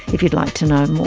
if you'd like to know more.